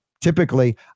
typically